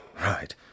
Right